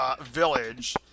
village